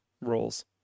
roles